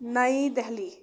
نایہِ دہلی